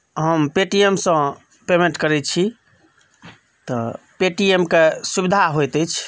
हम Paytm सँ payment करैत छी तऽ पे टी एम के सुविधा होयत अछि